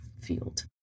field